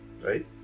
right